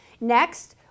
Next